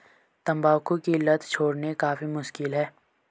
तंबाकू की लत छोड़नी काफी मुश्किल है